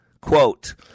Quote